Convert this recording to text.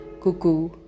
cuckoo